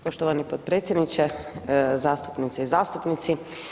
Poštovani potpredsjedniče, zastupnice i zastupnici.